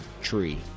tree